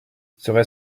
serait